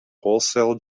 wholesale